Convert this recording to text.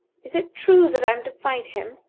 is it true that i am to fight him?